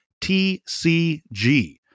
TCG